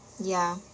ya